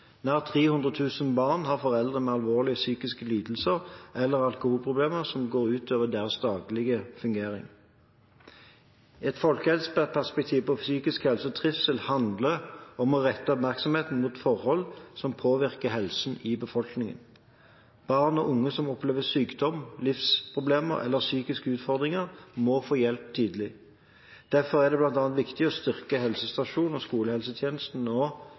Nær 300 000 barn har foreldre med alvorlige psykiske lidelser eller alkoholproblemer som går ut over deres daglige fungering. Et folkehelseperspektiv på psykisk helse og trivsel handler om å rette oppmerksomheten mot forhold som påvirker helsen i befolkningen. Barn og unge som opplever sykdom, livsproblemer eller psykiske utfordringer, må få hjelp tidlig. Derfor er det bl.a. viktig å styrke helsestasjons- og skolehelsetjenesten